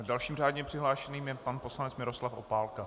Dalším řádně přihlášeným je pan poslanec Miroslav Opálka.